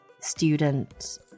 student